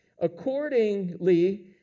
Accordingly